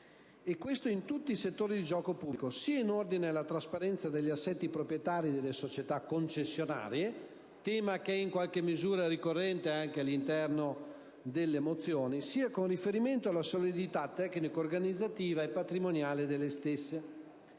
al passato) in tutti i settori di gioco pubblico, sia in ordine alla trasparenza degli assetti proprietari delle società concessionarie (tema che è in qualche misura ricorrente anche all'interno delle mozioni), sia con riferimento alla solidità tecnico-organizzativa e patrimoniale delle stesse.